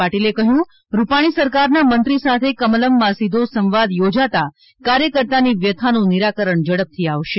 પાટિલે કહ્યું રૂપાણી સરકાર ના મંત્રી સાથે કમલમ માં સીધો સંવાદ યોજાતા કાર્યકર્તા ની વ્યથાનું નિરાકરણ ઝડપથી આવશે